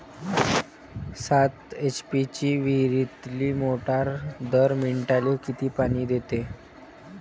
सात एच.पी ची विहिरीतली मोटार दर मिनटाले किती पानी देते?